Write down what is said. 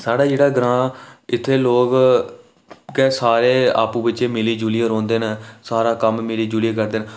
साढ़ा जेह्ड़ा ग्रांऽ इत्थै लोक सारे आपूं बिचें मिली जुलियै रौंह्दे न सारा कम्म मिली जुलियै करदे न